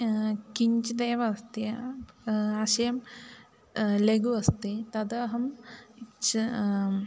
किञ्चिदेव अस्ति आशयं लघु अस्ति तत् अहं इच्छामि